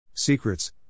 Secrets